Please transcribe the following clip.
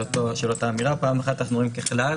אותה אמירה: פעם אחת אנחנו רואים "ככלל",